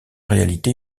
réalité